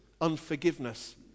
unforgiveness